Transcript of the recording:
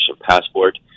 passport